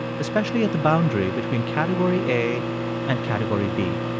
especially at the boundary between category a and category b